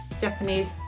Japanese